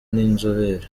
n’inzobere